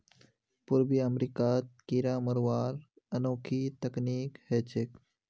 पूर्वी अमेरिकात कीरा मरवार अनोखी तकनीक ह छेक